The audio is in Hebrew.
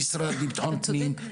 המשרד לביטחון פנים,